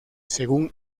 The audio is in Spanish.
según